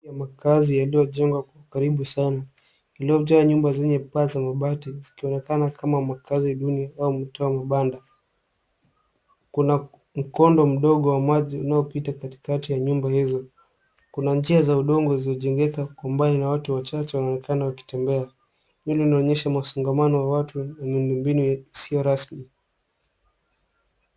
Makazi yaliyo jengwa kwa karibu sana lililo jaa nyumba zenye paa za mabati zikionekana kama makazi duni au mto wa mabanda kuna mkondo mdogo wa maji unaopita katikati ya nyumba hizo. Kuna njia za udongo zinazo jengeka kwa umbali na watu wachache wanaonekana wakitembea hili linaonyesha msongamano wa watu wenye mbinu isiyo rasmi.